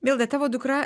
milda tavo dukra